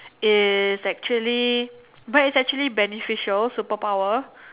is actually but is actually beneficial superpower